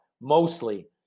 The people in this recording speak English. mostly